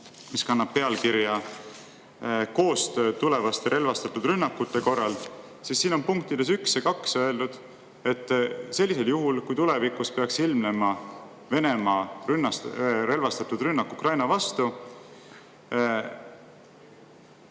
mis kannab pealkirja "Koostöö tulevaste relvastatud rünnakute korral". Siin on punktides 1 ja 2 öeldud, et sellisel juhul, kui tulevikus peaks ilmnema Venemaa relvastatud rünnak Ukraina vastu,